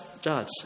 judge